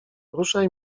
ruszaj